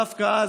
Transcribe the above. דווקא אז,